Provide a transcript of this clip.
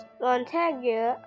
Montague